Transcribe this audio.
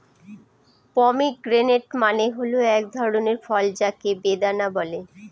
pomegranate মানে হল এক ধরনের ফল যাকে বেদানা বলে